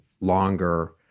longer